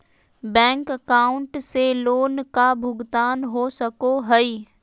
Bank account से loan का भुगतान हो सको हई?